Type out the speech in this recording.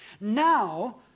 Now